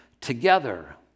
together